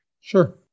Sure